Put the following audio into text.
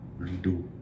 redo